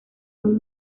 aún